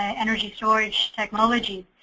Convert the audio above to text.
energy storage technology.